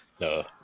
No